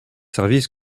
services